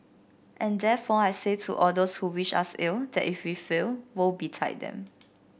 and therefore I say to all those who wish us ill that if we fail woe betide them